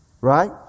right